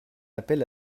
appelle